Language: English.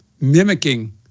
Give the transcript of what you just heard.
mimicking